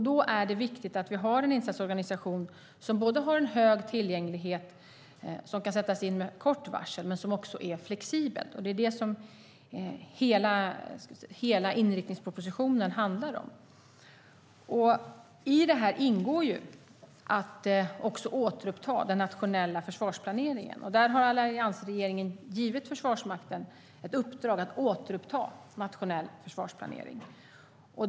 Då är det viktigt att vi har en insatsorganisation som har en hög tillgänglighet, som kan sättas in med kort varsel och som också är flexibel. Det är det som hela inriktningspropositionen handlar om. I det här ingår att också återuppta den nationella försvarsplaneringen. Där har alliansregeringen givit Försvarsmakten ett uppdrag att återuppta nationell försvarsplanering.